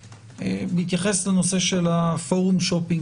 בהתייחס לנושא של הפורום שופינג,